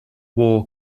war